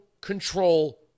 control